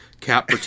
Cap